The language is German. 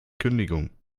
kündigung